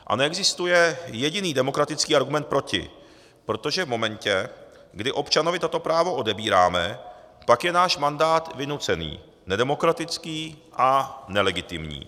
A neexistuje jediný demokratický argument proti, protože v momentě, kdy občanovi toto právo odebíráme, pak je náš mandát vynucený, nedemokratický a nelegitimní.